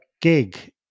gig